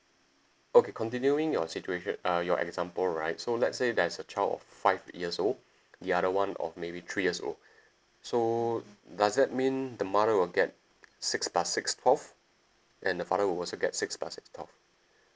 okay continuing your situation uh your example right so let's say there's a child of five years old the other [one] of maybe three years old so does that mean the mother will get six plus six twelve and the father will also get six plus six twelve